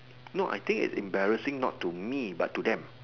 no I think it's embarrassing not to me but to them